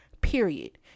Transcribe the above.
Period